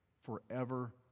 forever